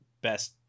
best